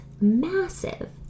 massive